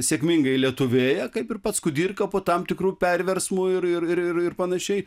sėkmingai lietuvėja kaip ir pats kudirka po tam tikrų perversmų ir ir ir panašiai